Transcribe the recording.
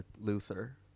Luther